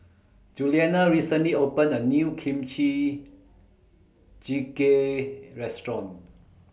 Julianna recently opened A New Kimchi Jjigae Restaurant